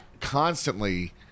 constantly